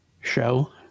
show